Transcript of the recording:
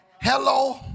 Hello